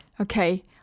Okay